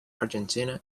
argentina